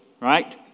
Right